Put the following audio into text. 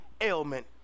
ailment